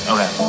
Okay